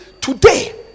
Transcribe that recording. today